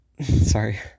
sorry